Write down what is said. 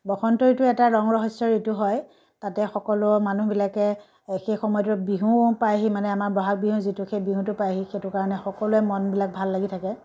বসন্ত ঋতু এটা ৰং ৰহইচৰ ঋতু হয় তাতে সকলো মানুহবিলাকে সেই সময়টোত বিহু পাইহি মানে আমাৰ বহাগ বিহু যিটো সেই বিহুটো পাইহি সেইটো কাৰণে সকলোৱে মনবিলাক ভাল লাগি থাকে